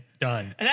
Done